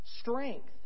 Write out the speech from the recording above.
strength